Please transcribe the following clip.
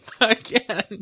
Again